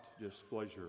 displeasure